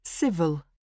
Civil